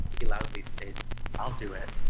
he loudly states, i'll do it,